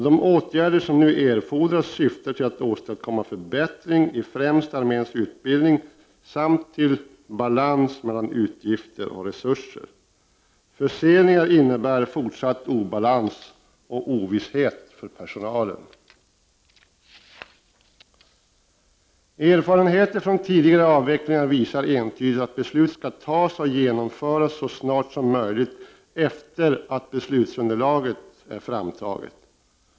De åtgärder som nu erfordras syftar till att åstadkomma förbättringar i främst arméns utbildning samt till balans mellan utgifter och resurser. Förseningar innebär fortsatt obalans och ovisshet för personalen. Erfarenheterna från tidigare avvecklingar visar entydigt att beslut skall fattas och genomföras så snart som möjligt efter det att beslutsunderlaget är framtaget.